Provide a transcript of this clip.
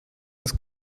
das